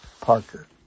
Parker